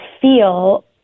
feel